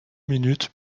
minutes